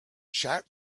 chat